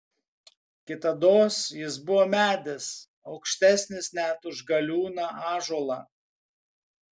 kitados jis buvo medis aukštesnis net už galiūną ąžuolą